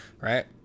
Right